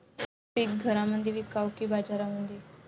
पीक घरामंदी विकावं की बाजारामंदी?